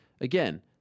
again